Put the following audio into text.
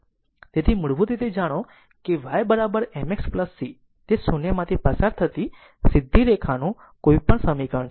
તેથી મૂળભૂત રીતે જાણો કે y mx c તે શૂન્યમાંથી પસાર થતી સીધી રેખાનું કોઈપણ સમીકરણ